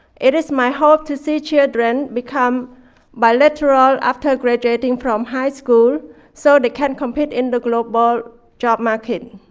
it is my hope to see children become bi-literal after graduating from high school so they can compete in the global job market.